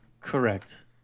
Correct